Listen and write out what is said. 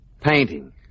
Painting